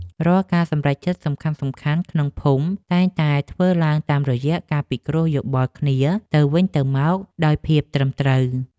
រាល់ការសម្រេចចិត្តសំខាន់ៗក្នុងភូមិតែងតែធ្វើឡើងតាមរយៈការពិគ្រោះយោបល់គ្នាទៅវិញទៅមកដោយភាពត្រឹមត្រូវ។